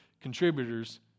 contributors